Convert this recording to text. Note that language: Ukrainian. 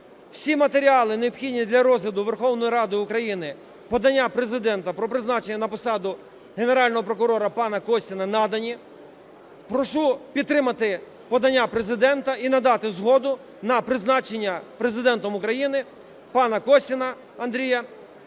Всі матеріали необхідні для розгляду Верховною Радою України, подання Президента про призначення на посаду Генерального прокурора пана Костіна надані. Прошу підтримати подання Президента і надати згоду на призначення Президентом України пана Костіна Андрія